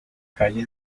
calle